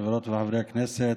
חברות וחברי הכנסת,